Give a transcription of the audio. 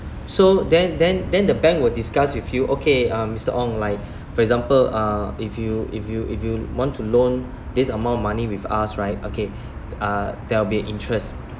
so then then then the bank will discuss with you okay um mr ong like for example uh if you if you if you want to loan this amount of money with us right okay uh there'll be interest